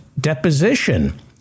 deposition